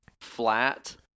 flat